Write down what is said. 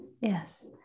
Yes